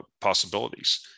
possibilities